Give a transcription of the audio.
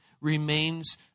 remains